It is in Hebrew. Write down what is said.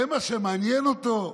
זה מה שמעניין אותו?